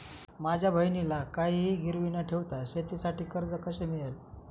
माझ्या बहिणीला काहिही गिरवी न ठेवता शेतीसाठी कर्ज कसे मिळेल?